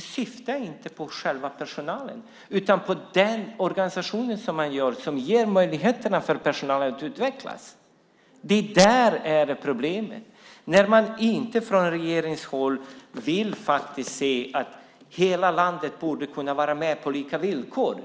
syftade jag inte på själva personalen, utan på den organisation man gör och vilka möjligheter den ger för personalen att utvecklas. Det är det som är problemet. Regeringen vill inte se att hela landet borde kunna vara med på lika villkor.